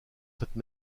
cette